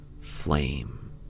flame